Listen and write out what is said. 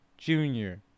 Junior